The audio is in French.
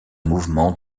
mouvement